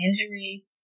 injury